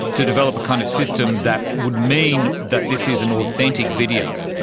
to develop a kind of system that would mean that this is an authentic video?